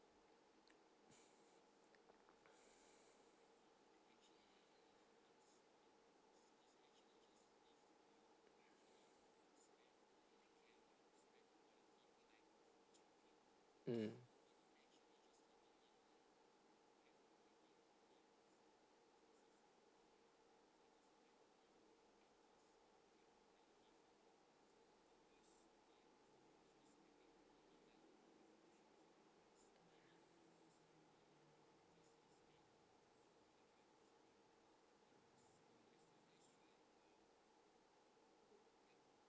mm